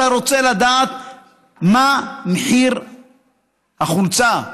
אתה רוצה לדעת מה מחיר החולצה,